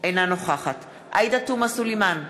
אינה נוכחת עאידה תומא סלימאן,